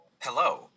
Hello